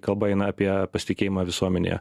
kalba eina apie pasitikėjimą visuomenėje